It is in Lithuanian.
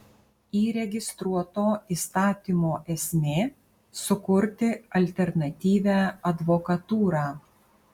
įregistruoto įstatymo esmė sukurti alternatyvią advokatūrą